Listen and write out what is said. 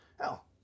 Hell